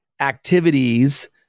activities